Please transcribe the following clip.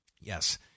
Yes